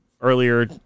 earlier